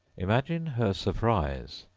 imagine her surprise,